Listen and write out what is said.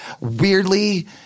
weirdly